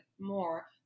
more